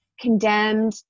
condemned